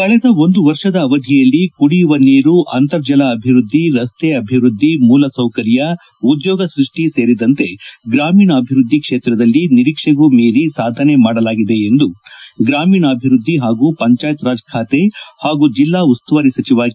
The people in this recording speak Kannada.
ಕಳೆದ ಒಂದು ವರ್ಷದ ಅವಧಿಯಲ್ಲಿ ಕುಡಿಯುವ ನೀರು ಅಂತರ್ಜಲ ಅಭಿವೃದ್ವಿ ರಸ್ತೆ ಅಭಿವೃದ್ವಿ ಮೂಲಸೌಕರ್ಯ ಉದ್ಯೋಗ ಸೃಷ್ಟಿ ಸೇರಿದಂತೆ ಗ್ರಾಮೀಣಾಭಿವೃದ್ದಿ ಕ್ಷೇತ್ರದಲ್ಲಿ ನಿರೀಕ್ಷೆಗೂ ಮೀರಿ ಸಾಧನೆ ಮಾಡಲಾಗಿದೆ ಎಂದು ಗ್ರಾಮೀಣಾಭಿವೃದ್ದಿ ಹಾಗೂ ಪಂಚಾಯತ್ರಾಜ್ ಖಾತೆ ಹಾಗೂ ಜಿಲ್ಡಾ ಉಸ್ತುವಾರಿ ಸಚಿವ ಕೆ